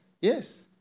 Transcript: Yes